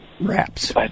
wraps